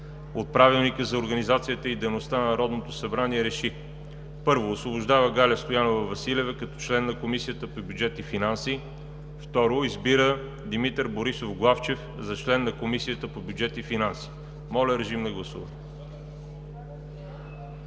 от Правилника за организацията и дейността на Народното събрание РЕШИ: 1. Освобождава Галя Стоянова Василева като член на Комисията по бюджет и финанси. 2. Избира Димитър Борисов Главчев за член на Комисията по бюджет и финанси.“ Моля да гласуваме.